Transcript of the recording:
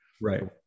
Right